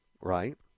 right